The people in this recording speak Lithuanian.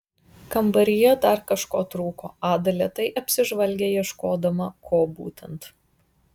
kambaryje dar kažko trūko ada lėtai apsižvalgė ieškodama ko būtent